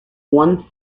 one